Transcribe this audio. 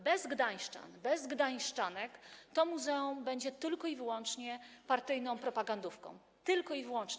Bez gdańszczan, bez gdańszczanek to muzeum będzie tylko i wyłącznie partyjną propagandówką, tylko i wyłącznie.